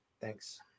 Thanks